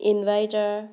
inverter